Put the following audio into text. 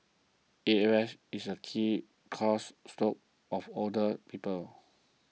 A F is a key cause stroke of older people